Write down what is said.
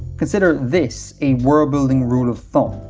consider this a worldbuilding rule of thumb.